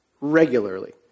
regularly